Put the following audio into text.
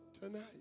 tonight